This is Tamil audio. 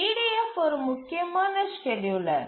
EDF ஒரு முக்கியமான ஸ்கேட்யூலர்